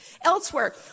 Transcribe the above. elsewhere